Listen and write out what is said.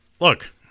Look